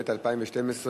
התשע"ב 2012,